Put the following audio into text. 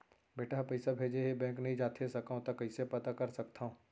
बेटा ह पइसा भेजे हे बैंक नई जाथे सकंव त कइसे पता कर सकथव?